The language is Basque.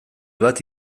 bat